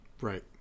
Right